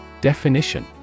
Definition